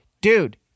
dude